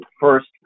First